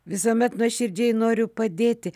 visuomet nuoširdžiai noriu padėti